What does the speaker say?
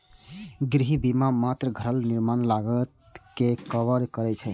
गृह बीमा मात्र घरक निर्माण लागत कें कवर करै छै